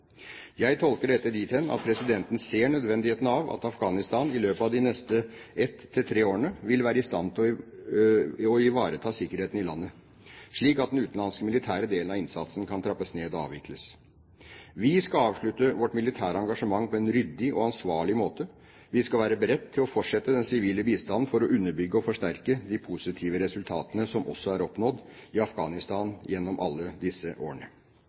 Jeg tolker dette dit hen at presidenten ser nødvendigheten av at Afghanistan selv i løpet av de neste ett til tre årene vil være i stand til å ivareta sikkerheten i landet, slik at den utenlandske militære delen av innsatsen kan trappes ned og avvikles. Vi skal avslutte vårt militære engasjement på en ryddig og ansvarlig måte. Vi skal være beredt til å fortsette den sivile bistanden for å underbygge og forsterke de positive resultatene som også er oppnådd i Afghanistan gjennom alle disse årene.